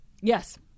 yes